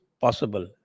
possible